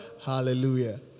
Hallelujah